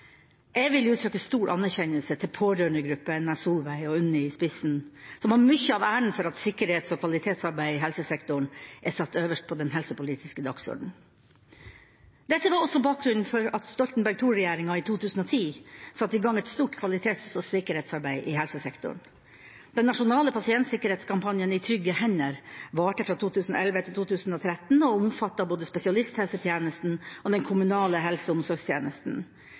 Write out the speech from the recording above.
Jeg vil uttrykke stor anerkjennelse til pårørendegruppen, med Solveig og Unni i spissen, som har mye av æren for at sikkerhets- og kvalitetsarbeidet i helsesektoren er satt øverst på den helsepolitiske dagsordenen. Dette var også bakgrunnen for at Stoltenberg II-regjeringen i 2010 satte i gang et stort kvalitets- og sikkerhetsarbeid i helsesektoren. Den nasjonale pasientsikkerhetskampanjen «I trygge hender» varte fra 2011 til 2013, og omfattet både spesialisthelsetjenesten og den kommunale helse- og omsorgstjenesten.